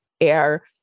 air